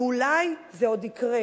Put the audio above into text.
ואולי זה עוד יקרה,